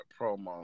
promo